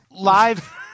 Live